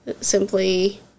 simply